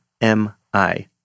M-I